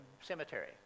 cemetery